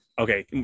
okay